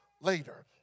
later